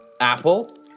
apple